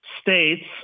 states